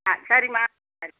ஆ சரிம்மா சரி